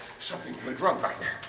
something went wrong back there,